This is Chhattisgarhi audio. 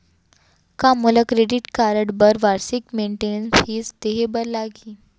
का मोला क्रेडिट कारड बर वार्षिक मेंटेनेंस फीस देहे बर लागही?